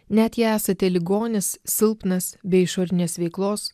net jei esate ligonis silpnas be išorinės veiklos